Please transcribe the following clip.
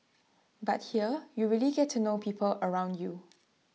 but here you really get to know people around you